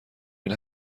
این